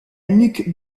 nuque